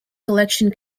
collection